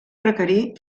requerir